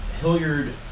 Hilliard